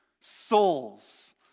souls